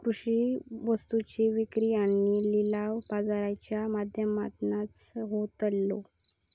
कृषि वस्तुंची विक्री आणि लिलाव बाजाराच्या माध्यमातनाच होतलो